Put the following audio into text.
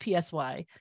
PSY